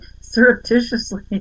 surreptitiously